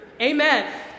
Amen